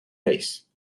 pace